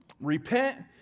Repent